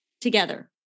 together